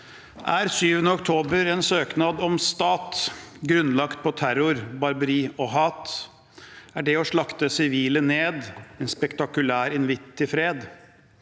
Er 7. oktober en søknad om stat, grunnlagt på terror, barbari og hat? Er det å slakte sivile ned en spektakulær invitt til fred?